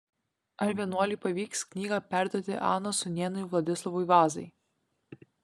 ar vienuoliui pavyks knygą perduoti anos sūnėnui vladislovui vazai